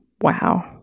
Wow